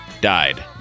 died